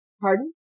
Pardon